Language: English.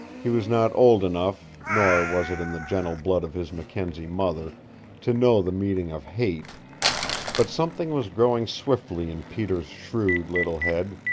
he was not old enough nor was it in the gentle blood of his mackenzie mother to know the meaning of hate but something was growing swiftly in peter's shrewd little head,